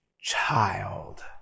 child